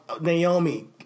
Naomi